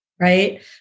right